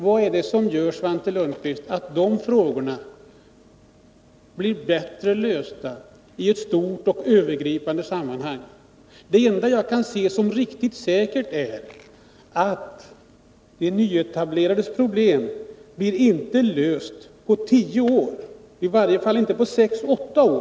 Vad är det som gör, Svante Lundkvist, att de frågorna blir bättre lösta i ett stort och övergripande sammanhang? Det enda jag kan se som riktigt säkert är att de nyetablerades problem inte blir lösta på tio år, och i varje fall inte på sex eller åtta år.